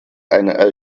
einer